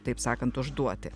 taip sakant užduoti